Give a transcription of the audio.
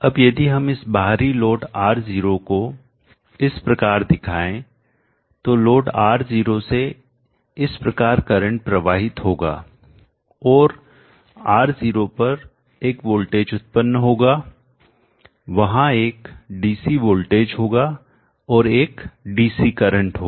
अब यदि हम इस बाहरी लोड R0 को इस प्रकार दिखाएं तो लोड R0 से इस प्रकार करंट प्रवाहित होगा और R0 पर एक वोल्टेज उत्पन्न होगा वहां एक DC वोल्टेज होगा और एक DC करंट होगा